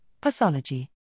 pathology